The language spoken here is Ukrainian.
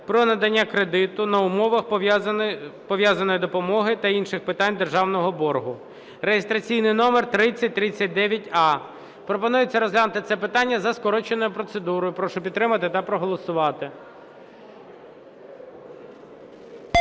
про надання кредиту на умовах пов'язаної допомоги та інших питань державного боргу (реєстраційний номер 3039а). Пропонується розглянути це питання за скороченою процедурою. Прошу підтримати та проголосувати.